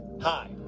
Hi